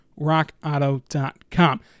rockauto.com